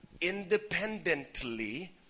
independently